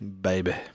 baby